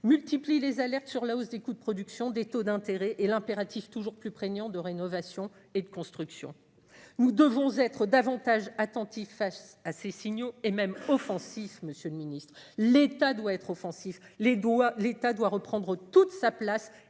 multiplient les alertes sur la hausse des coûts de production des taux d'intérêt et l'impératif toujours plus prégnant de rénovation et de construction, nous devons être davantage attentif face à ces signaux et même offensif, Monsieur le Ministre, l'État doit être offensif les doigts, l'État doit reprendre toute sa place.